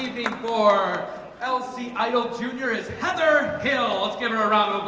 before elsie, i don't junior is heather hill, let's give her a round